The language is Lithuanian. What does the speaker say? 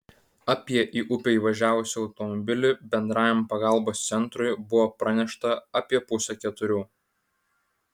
apie į upę įvažiavusį automobilį bendrajam pagalbos centrui buvo pranešta apie pusę keturių